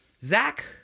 Zach